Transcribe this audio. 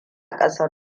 ƙasar